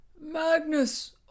Magnus